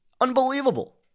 Unbelievable